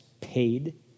paid